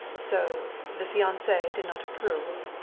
so the fiance did not approve?